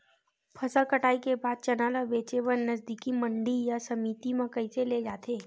फसल कटाई के बाद चना ला बेचे बर नजदीकी मंडी या समिति मा कइसे ले जाथे?